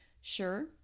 Sure